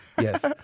yes